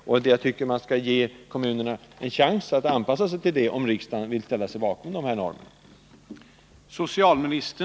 Jag tycker att man skall ge kommunerna en chans att anpassa sig till detta, om riksdagen nu vill ställa sig bakom dessa normer.